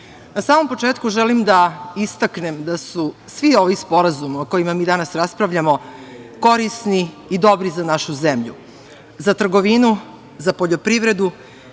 na samom početku želim da istaknem da su svi ovi sporazumi, o kojima mi danas raspravljamo, korisni i dobri za našu zemlju, za trgovinu, za poljoprivredu